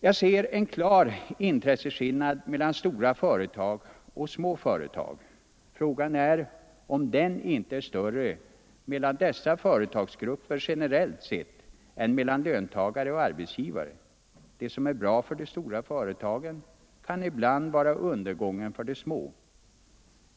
Jag ser en klar intresseskillnad mellan stora företag och små företag. Frågan är om den inte är större mellan dessa företagsgrupper generellt sett än mellan löntagare och arbetsgivare. Det som är bra för de stora företagen kan ibland vara undergången för de små.